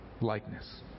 likeness